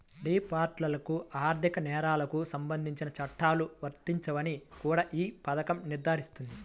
డిఫాల్టర్లకు ఆర్థిక నేరాలకు సంబంధించిన చట్టాలు వర్తించవని కూడా ఈ పథకం నిర్ధారిస్తుంది